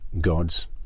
gods